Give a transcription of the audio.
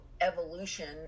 evolution